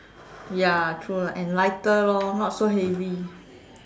ya true lah and lighter lor not so heavy